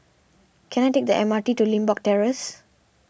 can I take the M R T to Limbok Terrace